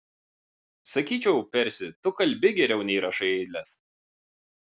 sakyčiau persi tu kalbi geriau nei rašai eiles